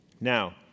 Now